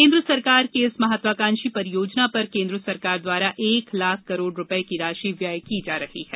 केन्द्र सरकार की इस महत्वाकांक्षी परियोजना पर केन्द्र सरकार द्वारा एक लाख करोड़ रूपये की राशि व्यय की जा रही है